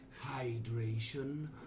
hydration